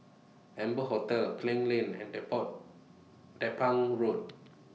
Amber Hotel Klang Lane and Depot Road